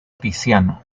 tiziano